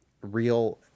real